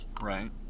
right